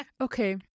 Okay